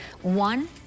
one